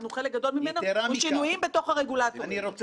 ואני בטוח שגם יעידו אלה שעשו את ההגהה,